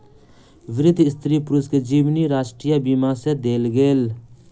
वृद्ध स्त्री पुरुष के जीवनी राष्ट्रीय बीमा सँ देल गेल